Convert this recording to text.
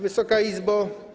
Wysoka Izbo!